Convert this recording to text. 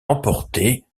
emporté